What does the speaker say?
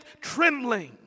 trembling